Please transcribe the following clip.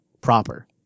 proper